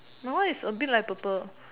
my one is a bit like purple